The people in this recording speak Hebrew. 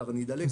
עבודה.